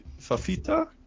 Fafita